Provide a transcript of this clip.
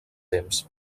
temps